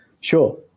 sure